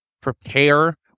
prepare